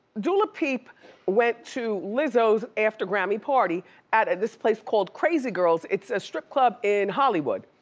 dula peep went to lizzo's after-grammy party at and this place called crazy girls, it's a strip club in hollywood,